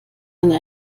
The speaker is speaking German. eine